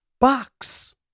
Box